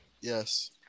Yes